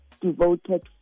devoted